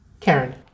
Karen